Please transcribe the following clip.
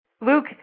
Luke